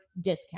discount